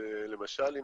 למשל,